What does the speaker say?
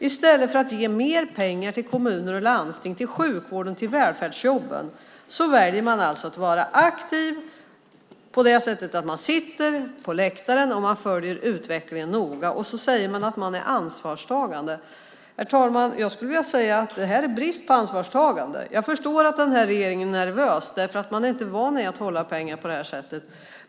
I stället för att ge mer pengar till kommuner och landsting, till sjukvården och till välfärdsjobben, väljer man alltså att vara aktiv på det sättet att man sitter på läktaren och följer utvecklingen noga, och så säger man att man är ansvarstagande. Herr talman! Jag skulle vilja säga att det här är brist på ansvarstagande. Jag förstår att den här regeringen är nervös, därför att man inte är van vid att hålla i pengar på det här sättet.